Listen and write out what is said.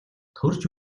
төрж